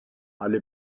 alle